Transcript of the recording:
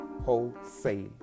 wholesale